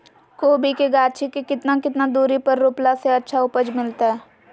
कोबी के गाछी के कितना कितना दूरी पर रोपला से अच्छा उपज मिलतैय?